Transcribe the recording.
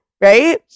right